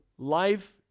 life